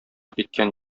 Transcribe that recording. киткән